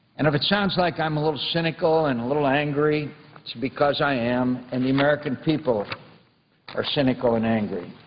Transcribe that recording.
and if it sound like i am a little cynical and a little angry, it's because i am, and the american people are cynical and angry.